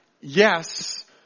yes